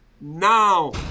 now